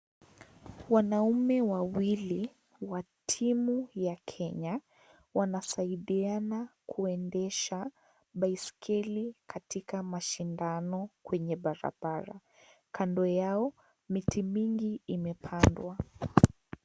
Wanaume wawili wa timu ya Kenya wanasaidiana kuendesha baiskeli katika mashindano kwenye barabara , kando yao miti mingi imepangwa.